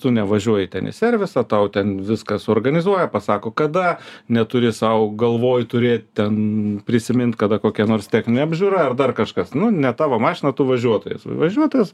tu nevažiuoji ten į servisą tau ten viską suorganizuoja pasako kada neturi sau galvoj turėt ten prisimint kada kokia nors techninė apžiūra ar dar kažkas nu ne tavo mašina tu važiuotojas važiuotas